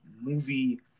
movie